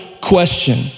question